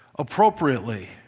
appropriately